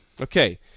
Okay